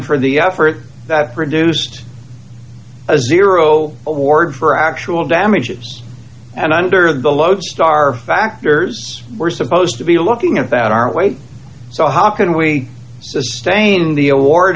for the effort that produced a zero award for actual damages and under the lodestar factors were supposed to be looking at that are weight so how can we sustain the award